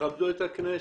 תכבדו את הכנסת.